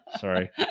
sorry